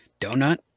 Donut